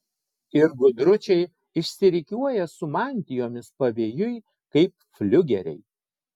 ir gudručiai išsirikiuoja su mantijomis pavėjui kaip fliugeriai